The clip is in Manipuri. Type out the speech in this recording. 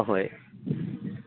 ꯑꯍꯣꯏ